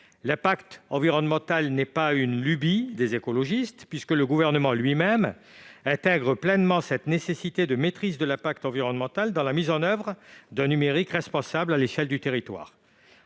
L'impact environnemental n'est pas une lubie des écologistes, puisque le Gouvernement lui-même intègre pleinement cette nécessité de maîtriser cet impact environnemental dans la mise en oeuvre d'un numérique responsable à l'échelle du territoire